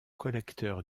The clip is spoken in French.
collecteur